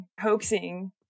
hoaxing